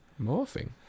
Morphing